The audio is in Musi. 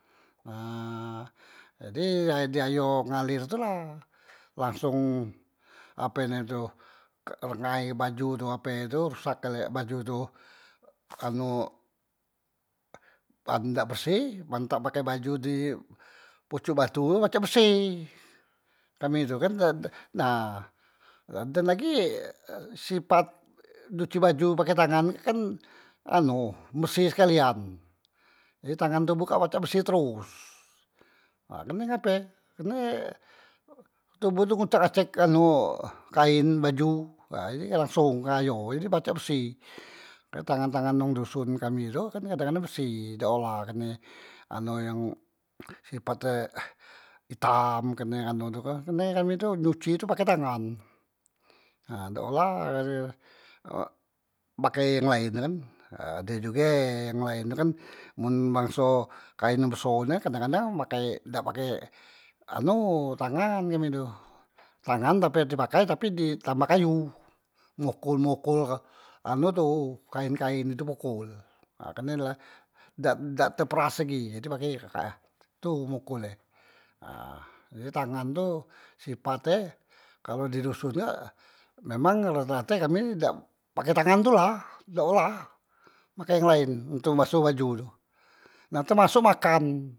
Nah jadi ae di ayo ngaler tu lah, langsung ape name tu rangai baju tu ape tu rusak gale baju tu anu pan dak berseh mantak pake baju di pocok batu tu pacak berseh, kami tu kan, nah dan lagi sipat nyuci baju pake tangan ni kan anu merseh sekalian jadi tangan tu kak pacak berseh teros ha kerne ngape, kerne toboh tu ngocak ngacek anu kaen baju, ha jadi langsung ke ayo jadi pacak berseh tangan- tangan wong doson kami tu kan kadang- kadang berseh dak olah karne anu yang sipat e itam kerne anu tu kan, kerne kami tu nyuci tu pake tangan nah dak olah pake yang laen kan, ha ade juge yang laen tu kan mun bangso kaen yang beso nian kan kadang- kadang makai dak pake anu tangan kami tu, tangan tapi di pakai tapi di tambah kayu mokol- mokol anu tu kaen- kaen di pokol karne la dak dak te peras lagi jadi pake ka, itu mokol e ha tangan tu sipat e kalu di doson kak memang rate- rate kami pake dak tangan tu lah dak olah makai yang laen untok baso baju tu nah temasok makan.